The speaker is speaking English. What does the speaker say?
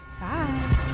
Bye